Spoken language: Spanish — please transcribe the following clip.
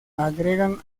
agregan